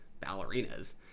ballerinas